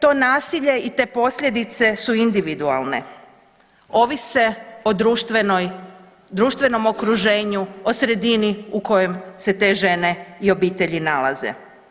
To nasilje i te posljedice su individualne, ovise o društvenom okruženju, o sredini u kojem se te žene i obitelji nalaze.